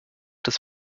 des